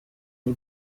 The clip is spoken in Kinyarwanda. y’u